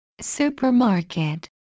Supermarket